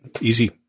easy